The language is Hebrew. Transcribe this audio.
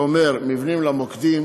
שזה אומר: מבנים למוקדים,